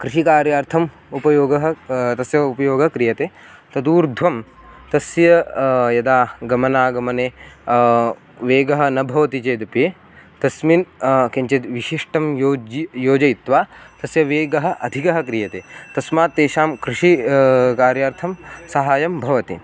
कृषिकार्यार्थम् उपयोगः तस्य उपयोगः क्रियते तदूर्ध्वं तस्य यदा गमनागमने वेगः न भवति चेदपि तस्मिन् किञ्चित् विशिष्टं योज्य योजयित्वा तस्य वेगः अधिकः क्रियते तस्मात् तेषां कृषि कार्यार्थं सहायं भवति